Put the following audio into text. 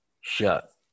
shut